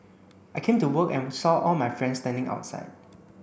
I came to work and saw all my friends standing outside